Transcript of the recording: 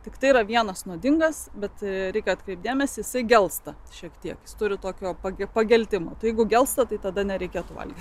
tiktai yra vienas nuodingas bet reikia atkreipti dėmesį jisai gelsta šiek tiek jis turi tokio pageltimo jeigu gelsta tai tada nereikėtų valgyti